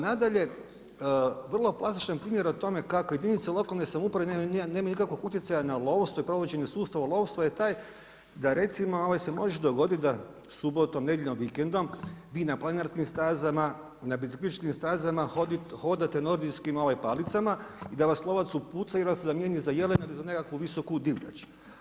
Nadalje, vrlo klasičan primjer o tome kako jedinice lokalne samouprave nemaju nikakvog utjecaja na lovstvo i provođenje sustava u lovstvu je taj da recimo se može dogoditi da subotom, nedjeljom, vikendom, vi na planinarskim stazama, na biciklističkim stazama hodate nordijskim palicama i da vas lovac upuca jer vas zamijeni za jelena ili za nekakvu visoku divljač.